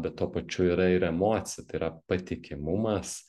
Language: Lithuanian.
bet tuo pačiu yra ir emocija yra patikimumas